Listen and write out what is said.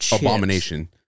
Abomination